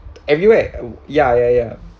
everywhere ya ya ya